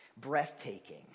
breathtaking